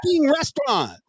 restaurant